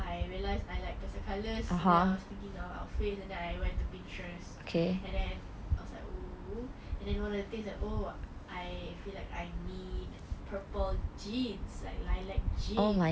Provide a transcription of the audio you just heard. I realize I like pastel colours then I was thinking of outfits and then I went to pinterest and then I was like oh and then wanted to taste like oh what I feel like I need purple jeans like lilac jeans